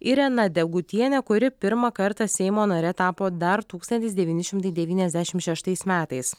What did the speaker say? irena degutienė kuri pirmą kartą seimo nare tapo dar tūkstantis devyni šimtai devyniasdešimt šeštais metais